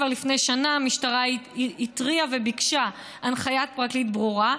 כבר לפני שנה המשטרה התריעה וביקשה הנחיית פרקליט ברורה.